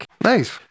nice